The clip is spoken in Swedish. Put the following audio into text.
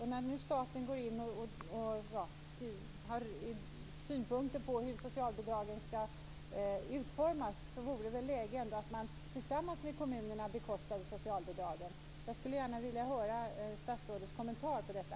När nu staten går in och har synpunkter på hur socialbidragen skall utformas vore det väl ändå läge att man tillsammans med kommunerna bekostade socialbidragen. Jag skulle gärna vilja höra statsrådets kommentar till detta.